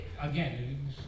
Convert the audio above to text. again